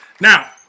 Now